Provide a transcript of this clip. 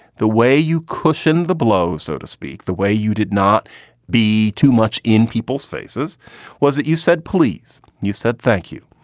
the way you cushion the blow, so to speak, the way you did not be too much in people's faces was that you said please. you said, thank you.